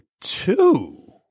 two